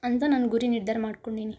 ಅಂತ ನನ್ನ ಗುರಿ ನಿರ್ಧಾರ ಮಾಡ್ಕೊಂಡೀನಿ